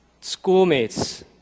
schoolmates